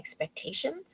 expectations